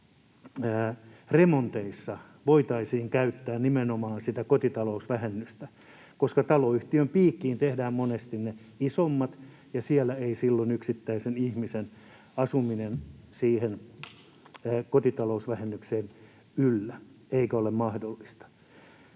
energiaremonteissa voitaisiin käyttää nimenomaan kotitalousvähennystä, koska taloyhtiön piikkiin tehdään monesti ne isommat, ja siellä ei silloin yksittäisen ihmisen asuminen siihen kotitalousvähennykseen yllä eikä se ole mahdollista.